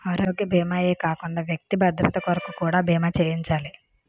ఆరోగ్య భీమా ఏ కాకుండా వ్యక్తి భద్రత కొరకు కూడా బీమా చేయించాలి